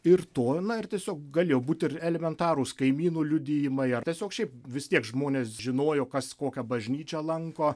ir to na ir tiesiog galėjo būti ir elementarūs kaimynų liudijimai ar tiesiog šiaip vis tiek žmonės žinojo kas kokią bažnyčią lanko